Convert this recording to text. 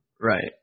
Right